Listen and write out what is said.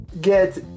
get